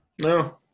no